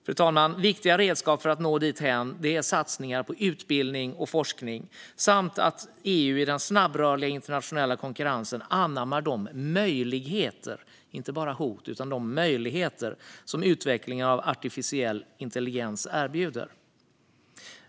Fru talman! Viktiga redskap för att nå dithän är satsningar på utbildning och forskning och att EU i den snabbrörliga internationella konkurrensen anammar de möjligheter - man ska inte bara se hot utan möjligheter - som utvecklingen av artificiell intelligens erbjuder.